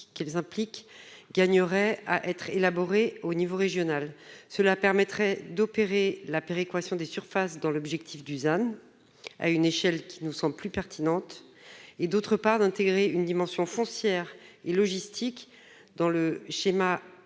qu'elles impliquent, gagnerait à être élaboré au niveau régional. Cela permettrait, d'une part, d'opérer la péréquation des surfaces, dans l'objectif du ZAN, à une échelle plus pertinente, d'autre part, d'intégrer une dimension foncière et logistique dans le schéma